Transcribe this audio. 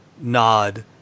nod